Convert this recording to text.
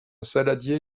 saladier